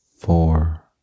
Four